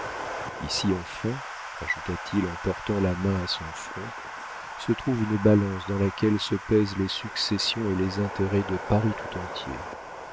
ici enfin ajouta-t-il en portant la main à son front se trouve une balance dans laquelle se pèsent les successions et les intérêts de paris tout entier